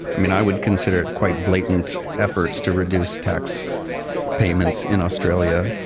i mean, i would consider it quite blatant efforts to reduce tax payments in australia,